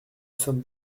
sommes